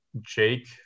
Jake